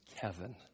Kevin